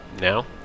now